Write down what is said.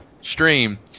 stream